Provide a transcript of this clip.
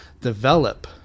develop